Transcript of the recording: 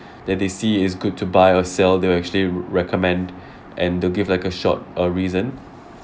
that they see is good to buy or sell they will actually r~ recommend and they'll give like a short uh reason